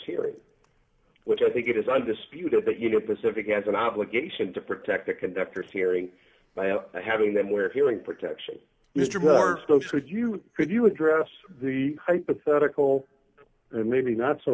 hearing which i think it is undisputed that you know pacifica has an obligation to protect the conductor hearing by having them wear hearing protection mr barstow should you could you address the hypothetical and maybe not so